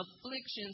afflictions